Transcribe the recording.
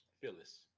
Phyllis